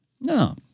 No